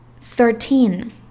Thirteen